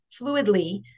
fluidly